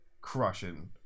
crushing